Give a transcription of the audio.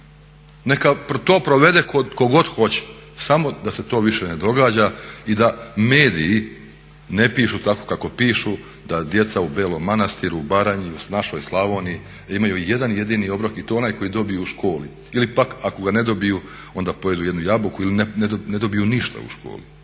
neka to provede tko god hoće samo da se to više ne događa i da mediji ne pišu tako kako pišu, da djeca u Belom Manastiru, u Baranji, u našoj Slavoniji imaju jedan jedini obrok i to onaj koji dobiju u školi. Ili pak ako ga ne dobiju onda pojedu jednu jabuku ili ne dobiju ništa u školi.